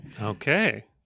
okay